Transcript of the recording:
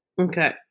okay